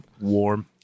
Warm